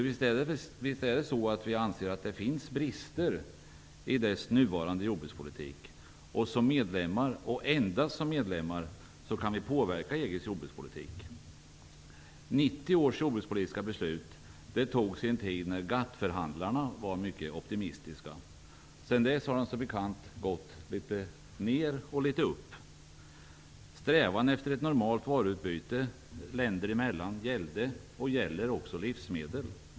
Visst anser vi att det finns brister i EG:s nuvarande jordbrukspolitik och att vi som medlemmar -- och endast som medlemmar -- kan påverka EG:s jordbrukspolitik. 1990 års jordbrukspolitiska beslut togs i en tid när GATT-förhandlarna var mycket optimistiska. Sedan dess har det som bekant gått litet ner och litet upp. Strävan efter ett normalt varuutbyte länder emellan gällde och gäller också livsmedel.